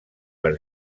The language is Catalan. per